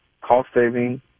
cost-saving